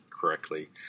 correctly